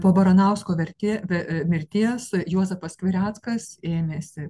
po baranausko vertė mirties juozapas skvireckas ėmėsi